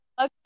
okay